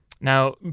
Now